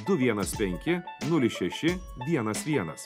du vienas penki nulis šeši vienas vienas